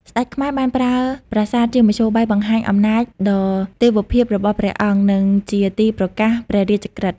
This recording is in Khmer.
ស្ដេចខ្មែរបានប្រើប្រាសាទជាមធ្យោបាយបង្ហាញអំណាចដ៏ទេវភាពរបស់ព្រះអង្គ និងជាទីប្រកាសព្រះរាជក្រឹត្យ។